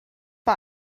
bei